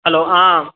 hello ஆ